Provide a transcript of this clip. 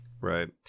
Right